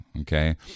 Okay